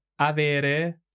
avere